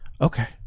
okay